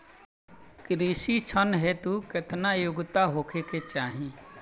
कृषि ऋण हेतू केतना योग्यता होखे के चाहीं?